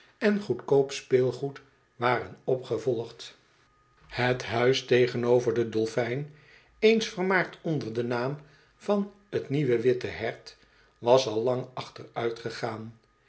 en goedkoop speelgoed waren opgevolgd het huis tegenover den dolfijn eens vermaard onder den naam van t nieuwe witte hert was al lang achteruitgegaan